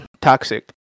toxic